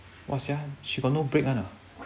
!wah! sia she got no break one ah